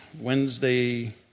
Wednesday